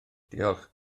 diolch